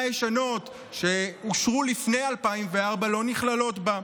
ישנות שאושרו לפני 2004 לא נכללות בה.